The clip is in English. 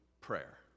prayer